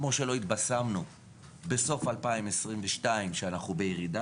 כמו שלא התבסמנו בסוף 2022 שאנחנו בירידה,